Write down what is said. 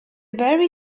very